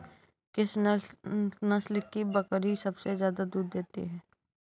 किस नस्ल की बकरी सबसे ज्यादा दूध देती है?